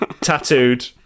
tattooed